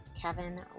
Kevin